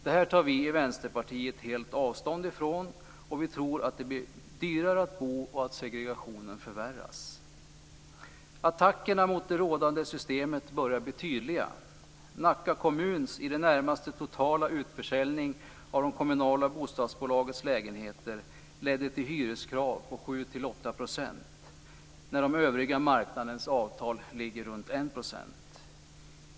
Det här tar vi i Vänsterpartiet helt avstånd ifrån. Vi tror att det blir dyrare att bo och att segregationen förvärras. Attackerna mot det rådande systemet börjar bli tydliga. Nacka kommuns i det närmaste totala utförsäljning av de kommunala bostadsbolagens lägenheter ledde till hyreskrav på 7-8 % när den övriga marknadens avtal låg runt 1 %.